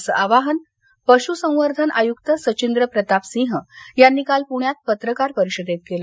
असं आवाहन पशुसंवर्धन आयुक्त सचिंद्र प्रताप सिंह यांनी काल पुण्यात पत्रकार परिषदेत केलं